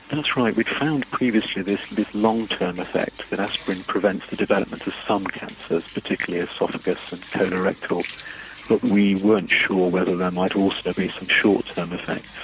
that's right, we found previously this this long term effect that aspirin prevents the development of some cancers, particularly oesophagus and colorectal but we weren't sure whether there might also be some short term effects.